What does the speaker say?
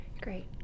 Great